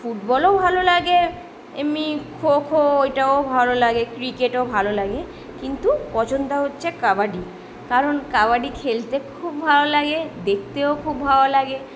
ফুটবলও ভালো লাগে এমনি খোখো ওইটাও ভালো লাগে ক্রিকেটও ভালো লাগে কিন্তু পছন্দ হচ্ছে কাবাডি কারণ কাবাডি খেলতে খুব ভালো লাগে দেখতেও খুব ভালো লাগে